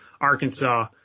Arkansas